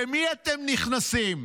במי אתם נכנסים?